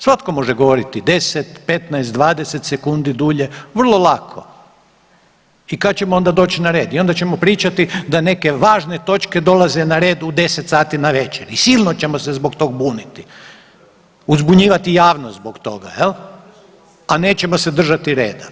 Svatko može govoriti 10, 15, 20 sekundi dulje vrlo lako i kad ćemo onda doći na red i onda ćemo pričati da neke važne točke dolaze na red u 10 sati navečer i silno ćemo se zbog toga buniti, uzbunjivati javnost zbog toga, jel, a nećemo se držati reda.